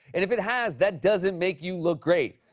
and if it has, that doesn't make you look great.